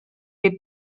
les